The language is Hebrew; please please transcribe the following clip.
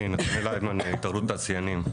אני, מהתאחדות התעשיינים.